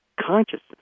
consciousness